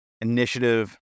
Initiative